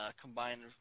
combined